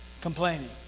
Complaining